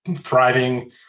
thriving